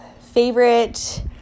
favorite